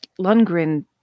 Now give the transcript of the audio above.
Lundgren